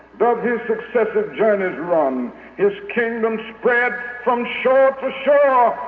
does his successive journeys run his kingdom spreads from shore to shore,